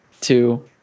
two